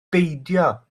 beidio